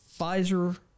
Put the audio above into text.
Pfizer